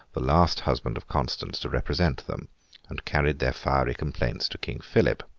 the last husband of constance, to represent them and carried their fiery complaints to king philip.